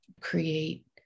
create